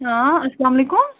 ہاں اسلامُ علیکُم